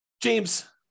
James